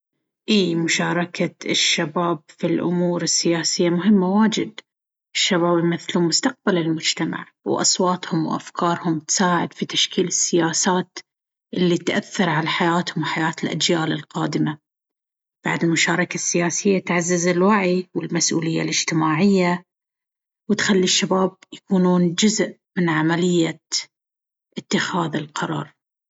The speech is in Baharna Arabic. ايه، مشاركة الشباب في الأمور السياسية مهمة واجد. الشباب يمثلون مستقبل المجتمع، وأصواتهم وأفكارهم تساهم في تشكيل السياسات اللي تأثرعلى حياتهم وحياة الأجيال القادمة. بعد، المشاركة السياسية تعزز الوعي والمسؤولية الاجتماعية، وتخلي الشباب يكونون جزء من عملية اتخاذ القرار.